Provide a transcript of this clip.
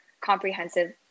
comprehensive